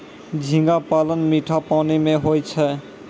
झींगा पालन मीठा पानी मे होय छै